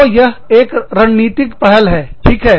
तो यह एक रणनीतिक पहल है ठीक है